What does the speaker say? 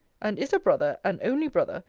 and is a brother, an only brother,